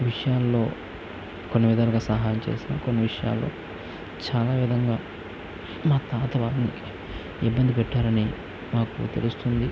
విషయాల్లో కొన్ని విధాలుగా సహాయం చేసారు కొన్ని విషయాల్లో చాలా విధంగా మా తాత వారిని ఇబ్బంది పెట్టారని మాకు తెలుస్తోంది